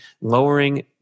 lowering